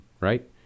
right